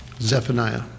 Zephaniah